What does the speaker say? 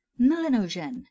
Melanogen